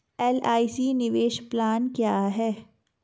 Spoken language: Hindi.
एल.आई.सी निवेश प्लान क्या है?